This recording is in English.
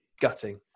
gutting